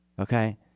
Okay